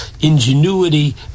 ingenuity